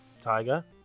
Tiger